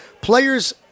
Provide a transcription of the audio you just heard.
Players